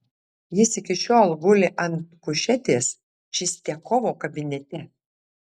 jis iki šiol guli ant kušetės čistiakovo kabinete